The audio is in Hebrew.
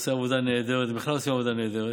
עושה עבודה נהדרת, בכלל עושים עבודה נהדרת.